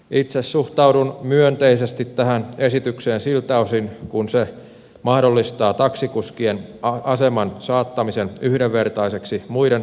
itse suhtaudun myönteisesti tähän esitykseen siltä osin kuin se mahdollistaa taksikuskien aseman saattamisen yhdenvertaiseksi muiden ammattiautoilijoiden kanssa